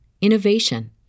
innovation